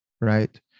right